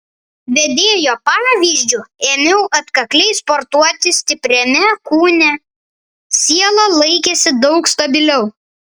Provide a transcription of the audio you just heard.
vedėjo pavyzdžiu ėmiau atkakliai sportuoti stipriame kūne siela laikėsi daug stabiliau